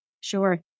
Sure